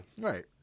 Right